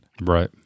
right